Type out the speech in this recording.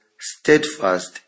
steadfast